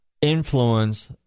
influence